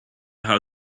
how